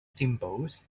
symbols